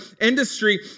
industry